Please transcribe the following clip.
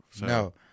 no